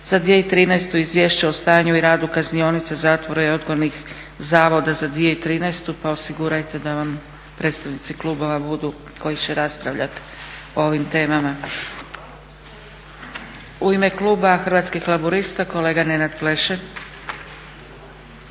za 2013., Izvješće o stanju i radu kaznionica, zatvora i odgojnih zavoda za 2013. pa osigurajte da vam predstavnici klubova budu koji će raspravljati o ovim temama. U ime kluba Hrvatskih laburista kolega Nenad Pleše.